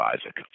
Isaac